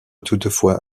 toutefois